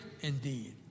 indeed